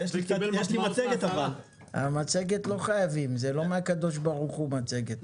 מצגת לא חייבים, זה לא מהקדוש ברוך הוא מצגת.